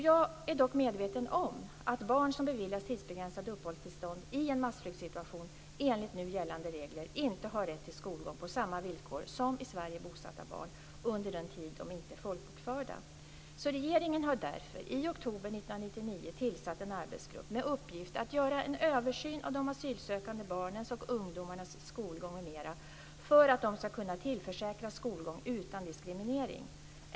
Jag är dock medveten om att barn som beviljas tidsbegränsade uppehållstillstånd i en massflyktsituation enligt nu gällande regler inte har rätt till skolgång på samma villkor som i Sverige bosatta barn under den tid de inte är folkbokförda. Regeringen har därför i oktober 1999 tillsatt en arbetsgrupp med uppgift att göra en översyn av de asylsökande barnens och ungdomarnas skolgång m.m. för att de ska kunna tillförsäkras skolgång utan diskriminering.